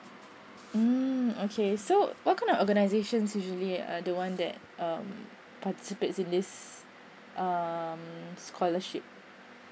mm okay so what kind of organisations usually uh the one that um participate in this um scholarship